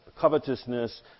covetousness